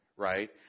Right